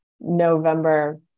November